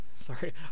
Sorry